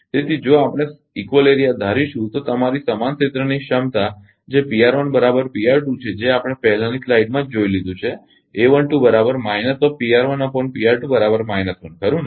તેથી જો આપણે સમાન ક્ષેત્ર ધારીશું તો તમારી સમાન ક્ષેત્રની ક્ષમતા જે છે જે આપણે પહેલાની સ્લાઇડમાં જ જોઇ લીધું છે કે ખરુ ને